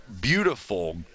beautiful